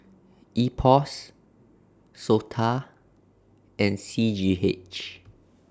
Ipos Sota and C G H